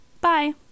Bye